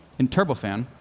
in turbofan,